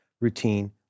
routine